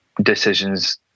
decisions